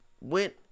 went